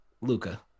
Luca